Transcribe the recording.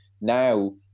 Now